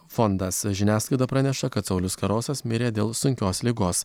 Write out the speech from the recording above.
fondas žiniasklaida praneša kad saulius karosas mirė dėl sunkios ligos